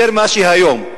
יותר מאשר היום,